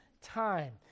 time